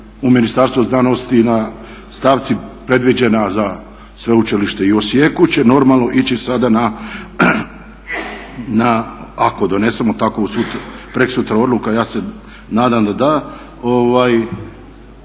u Ministarstvu znanosti na stavci predviđena za sveučilište i u Osijeku će normalno ići sada na, ako donesemo takvu prekosutra odluku, a ja se nadam da da.